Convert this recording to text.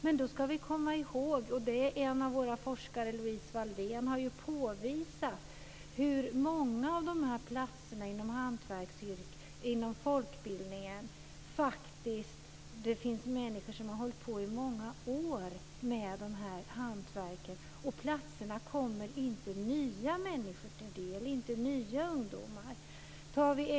Men vi ska komma ihåg - och detta har också forskaren Louise Waldén påvisat - hur det är med många av dessa platser inom hantverksyrkena i folkbildningen. Där finns människor som har hållit på i många år med hantverk. Platserna kommer inte nya människor eller nya ungdomar till del.